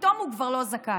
פתאום הוא כבר לא זכאי.